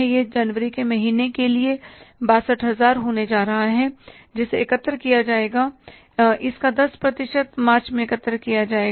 यह जनवरी के महीने के लिए 62000 होने जा रहा है जिसे एकत्र किया जाएगा इसका 10 प्रतिशत मार्च में एकत्र किया जाएगा